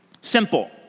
simple